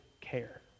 care